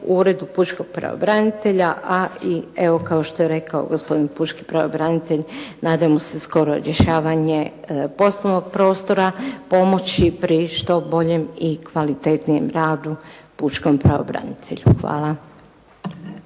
Uredu pučkog pravobranitelja, a i evo kao što je rekao gospodin pučki pravobranitelj nadamo se skoro rješavanje poslovnog prostora, pomoći pri što boljem i kvalitetnijem radu pučkom pravobranitelju. Hvala.